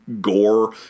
gore